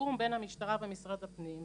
שבתיאום בין המשטרה ומשרד הפנים,